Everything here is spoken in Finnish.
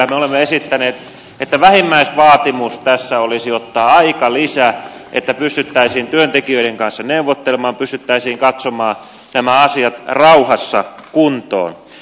me olemme esittäneet että vähimmäisvaatimus tässä olisi ottaa aikalisä että pystyttäisiin työntekijöiden kanssa neuvottelemaan ja katsomaan nämä asiat rauhassa kuntoon